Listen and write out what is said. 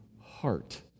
heart